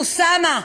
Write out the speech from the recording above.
אוסאמה,